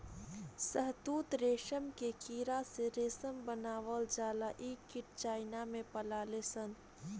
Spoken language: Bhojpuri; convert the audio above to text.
शहतूत रेशम के कीड़ा से रेशम बनावल जाला इ कीट चाइना में पलाले सन